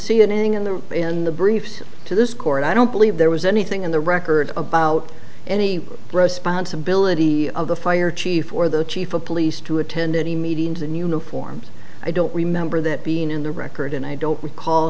anything in the in the briefs to this court i don't believe there was anything in the record about any breaux sponsibility of the fire chief or the chief of police to attend any meetings and uniforms i don't remember that being in the record and i don't recall